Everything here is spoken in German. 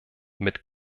mit